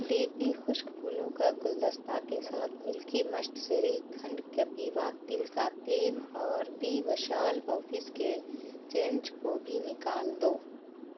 D پی خشک پھولوں کا گلدستہ کے ساتھ ملکی مسٹ شری کھنڈ کپیوا تل کا تیل اور بی وشال آفس کے چینج کو بھی نکال دو